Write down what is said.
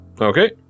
Okay